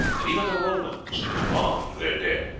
and even the romans embalmed their dead.